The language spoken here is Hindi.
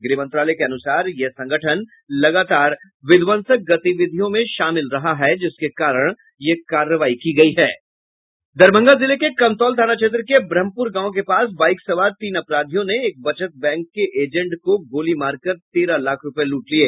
गृह मंत्रालय के अनुसार यह संगठन लगातार विध्वंसक गतिविधियों में शामिल रहा है जिसके कारण यह कार्रवाई की गयी है दरभंगा जिले के कमतौल थाना क्षेत्र के ब्रह्मपुर गांव के पास बाईक सवार तीन अपराधियों ने एक बचत बैंक के एजेंट को गोली मारकर तेरह लाख रूपये लूट लिये